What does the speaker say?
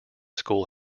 school